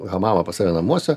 hamamą pas save namuose